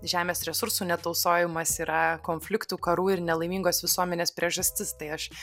žemės resursų netausojimas yra konfliktų karų ir nelaimingos visuomenės priežastis tai aš